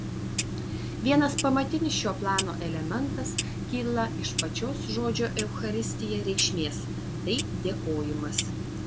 vienas pamatinis šio plano elementas kyla iš pačios žodžio eucharistija reikšmės tai dėkojimas